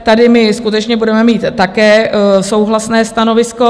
Tady my skutečně budeme mít také souhlasné stanovisko.